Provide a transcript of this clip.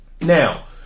Now